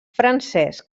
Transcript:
francès